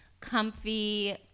comfy